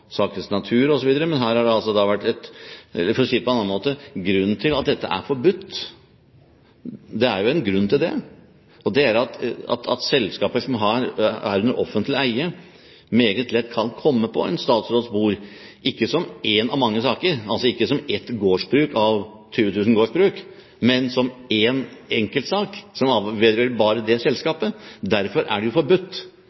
sakens natur, osv. Men her har det altså vært et – eller for å si det på en annen måte: Grunnen til at dette er forbudt, det er jo en grunn til det, er at selskaper som er under offentlig eie, meget lett kan komme på en statsråds bord, ikke som en av mange saker, altså ikke som et gårdsbruk av 20 000 gårdsbruk, men som én enkeltsak som vedrører bare det